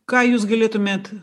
ką jūs galėtumėt